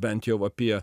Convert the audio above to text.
bent jau apie